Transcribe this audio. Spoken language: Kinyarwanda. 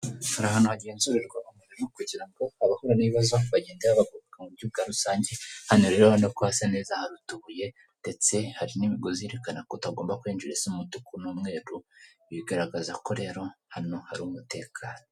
Aha hantu hagenzurirwa umurimo kugira ngo abahura n'ibibazo bagenda babagoka mu buryo bwa rusange, hano rero urabona ko hasa neza, hari utubuye, ndetse hari n'imigozi yerekana ko utagomba kwinjira, isa umutuku n'umweru, bigaragaza ko rero hano hari umutekano.